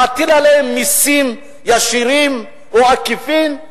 מטיל עליהן מסים ישירים או עקיפים,